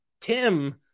Tim